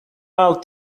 all